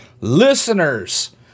Listeners